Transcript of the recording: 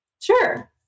Sure